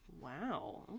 Wow